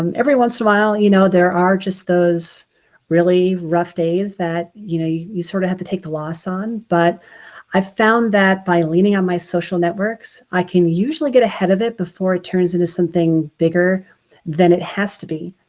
um every once in a while you know, there are just those really rough days that you know, you sort of have to take the loss on. but i've found that by leaning on my social networks i can usually get ahead of it before it turns into something bigger than it has to be.